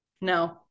No